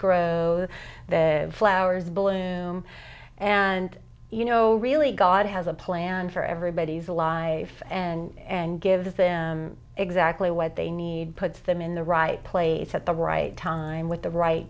grows flowers bloom and you know really god has a plan for everybody's lives and gives them exactly what they need puts them in the right place at the right time with the right